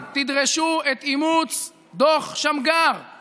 הממשלה, ראש הממשלה החלופי.